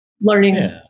learning